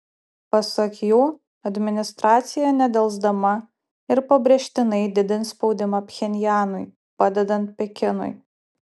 pasak jų administracija nedelsdama ir pabrėžtinai didins spaudimą pchenjanui padedant pekinui